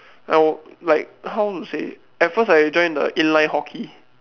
like like how to say at first I join the inline hockey